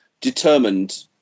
determined